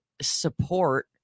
support